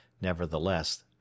Nevertheless